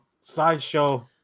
Sideshow